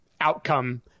outcome